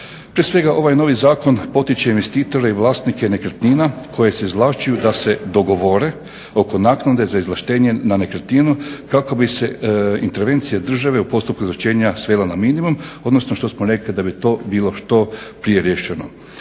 Prije svega ovaj novi zakon potiče investitore i vlasnike nekretnina koje se izvlašćuju da se dogovore oko naknade za izvlaštenje na nekretninu kako bi se intervencija države u postupku izručenja svela na minimum, odnosno što smo rekli da bi to bilo što prije riješeno.